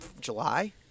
July